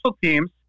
teams